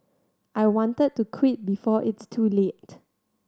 I wanted to quit before it's too late